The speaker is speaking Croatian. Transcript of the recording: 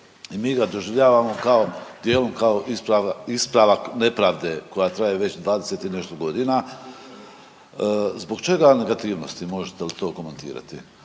i mi ga doživljavamo kao, dijelom kao ispravak nepravde koja traje već 20 i nešto godina. Zbog čega negativnosti, možete li to komentirati?